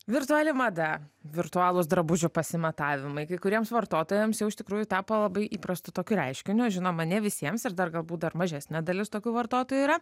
virtuali mada virtualūs drabužių pasimatavimai kai kuriems vartotojams jau iš tikrųjų tapo labai įprastu tokiu reiškiniu žinoma ne visiems ir dar galbūt dar mažesnė dalis tokių vartotojų yra